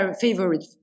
favorite